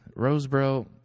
Roseboro